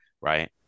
right